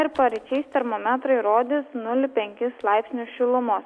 ir paryčiais termometrai rodys nulį penkis laipsnius šilumos